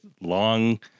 long